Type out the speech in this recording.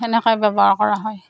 সেনেকৈ ব্যৱহাৰ কৰা হয়